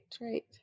right